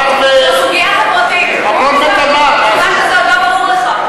זאת סוגיה חברתית, זה עוד לא ברור לך.